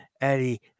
Eddie